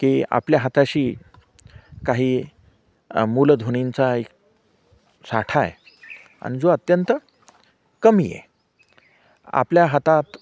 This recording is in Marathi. की आपल्या हाताशी काही मूलध्वनींचा एक साठा आहे आणि जो अत्यंत कमी आहे आपल्या हातात